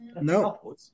no